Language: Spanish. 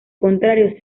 contrario